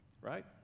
Right